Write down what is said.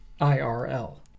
IRL